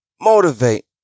motivate